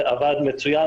זה עבד מצוין.